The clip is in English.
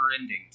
ending